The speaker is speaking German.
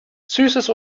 süßes